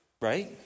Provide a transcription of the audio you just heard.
right